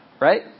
right